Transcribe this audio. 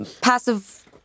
Passive